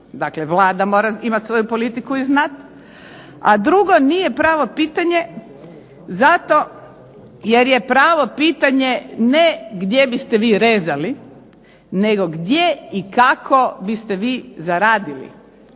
dakle Vlada mora imat svoju politiku i znati. A drugo, nije pravo pitanje zato jer je pravo pitanje ne gdje biste vi rezali nego gdje i kako biste vi zaradili